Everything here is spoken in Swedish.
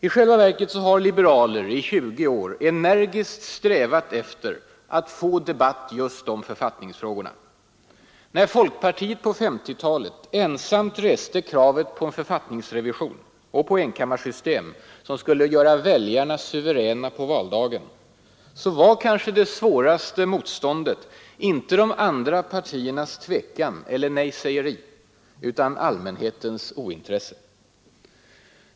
I själva verket har liberaler i tjugo år energiskt strävat efter att få debatt just om författningsfrågorna. När folkpartiet på 1950-talet ensamt reste kravet på en författningsrevision och ett enkammarsystem, som skulle göra väljarna suveräna på valdagen, var kanske det svåraste motståndet inte de andra partiernas tvekan eller nejsägeri, utan allmänhetens ointresse.